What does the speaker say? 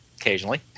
occasionally